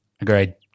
Agreed